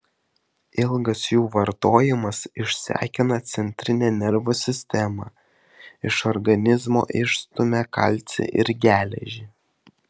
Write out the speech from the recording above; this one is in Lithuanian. ilgas jų vartojimas išsekina centrinę nervų sistemą iš organizmo išstumia kalcį ir geležį